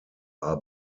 are